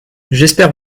j’espère